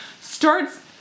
starts –